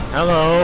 Hello